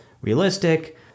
realistic